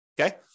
Okay